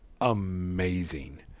amazing